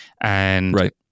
And-